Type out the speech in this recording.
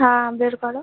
হ্যাঁ বের করো